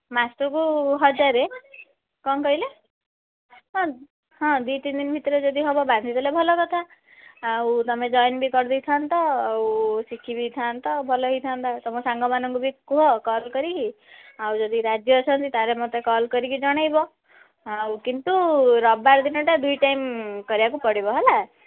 ମାସକୁ ହଜାରେ କ'ଣ କହିଲେ ହଁ ହଁ ଦୁଇ ତିନି ଦିନ ଭିତରେ ଯଦି ହେବ ବାନ୍ଧି ଦେଲେ ଭଲ କଥା ଆଉ ତୁମେ ଜଏନ୍ ବି କରି ଦେଇଥାନ୍ତ ଆଉ ଶିଖି ବି ଥାନ୍ତ ଭଲ ହୋଇଥାନ୍ତା ତୁମ ସାଙ୍ଗମାନଙ୍କୁ ବି କୁହ କଲ୍ କରିକି ଆଉ ଯଦି ରାଜି ଅଛନ୍ତି ତାହାଲେ ମୋତେ କଲ୍ କରିକି ଜଣେଇବ ଆଉ କିନ୍ତୁ ରବିବାର ଦିନଟା ଦୁଇ ଟାଇମ୍ କରିବାକୁ ପଡ଼ିବ ହେଲା